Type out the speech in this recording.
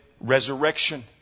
resurrection